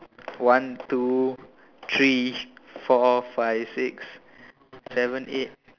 one two three four five six seven eight